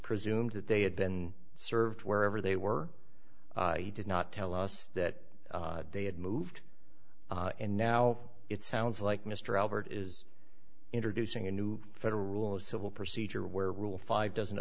presumed that they had been served wherever they were he did not tell us that they had moved and now it sounds like mr albert is introducing a new federal rule of civil procedure where rule five doesn't